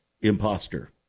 imposter